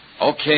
Okay